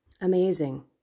Amazing